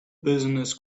business